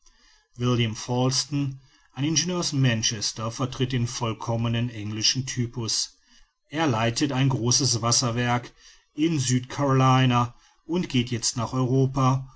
william falsten ein ingenieur aus manchester vertritt den vollkommen englischen typus er leitet ein großes wasserwerk in süd carolina und geht jetzt nach europa